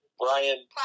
Brian